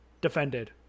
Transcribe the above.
defended